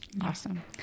Awesome